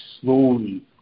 slowly